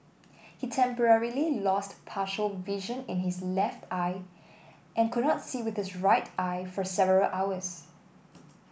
he temporarily lost partial vision in his left eye and could not see with his right eye for several hours